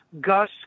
Gus